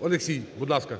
Олексій. Будь ласка.